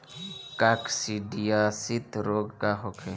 काकसिडियासित रोग का होखे?